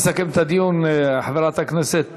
אדוני היושב-ראש, הצעת החוק הזאת